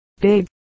big